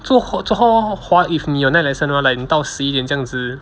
住 hall 住 hall 划 if 你有 night lesson mah like 你到十一点这样子